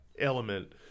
element